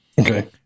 Okay